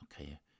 okay